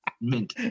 Mint